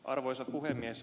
arvoisa puhemies